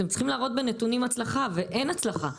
אתם צריכים להראות בנתונים הצלחה, ואין הצלחה.